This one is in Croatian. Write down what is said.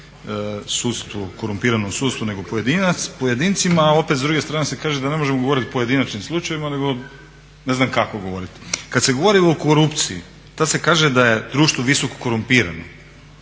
sudstvu, korumpiranom sudstvu nego pojedincima, a opet s druge strane se kaže da ne možemo govoriti o pojedinačnim slučajevima nego ne znam kako govoriti. Kad se govori o korupciji tad se kaže da je društvo visoko korumpirano,